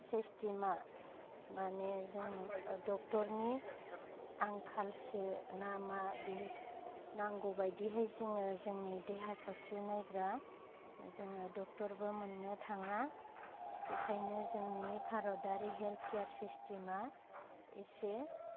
सिस्टेमा माने जों डक्टरनि आंखालसो ना मा बे नांगौबायदियै जोङो जोंनि देहा सावस्रि नायग्रा जोङो डक्टरबो मोन्नो थाङा बेखायनो जोंनि भारतारि हेल्थ केयर सिस्टेमा एसे